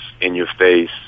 in-your-face